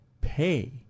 pay